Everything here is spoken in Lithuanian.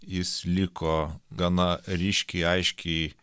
jis liko gana ryškiai aiškiai